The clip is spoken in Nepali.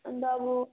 अन्त अब